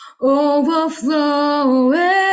overflowing